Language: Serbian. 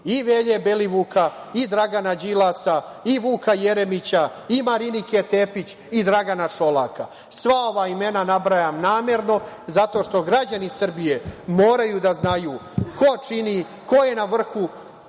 i Velje Belivuka, i Dragana Đilasa, i Vuka Jeremića, i Marinike Tepić, i Dragana Šolaka. Sva ova imena nabrajam namerno zato što građani Srbije moraju da znaju ko čini, ko je na vrhu